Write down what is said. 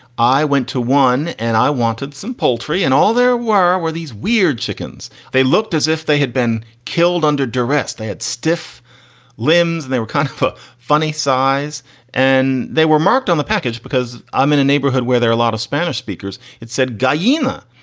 i went to one and i wanted some poultry and all there were were these weird chickens. they looked as if they had been killed under duress. they had stiff limbs and they were kind of a funny size and they were marked on the package because i'm in a neighborhood where there a lot of spanish speakers. it said gahima.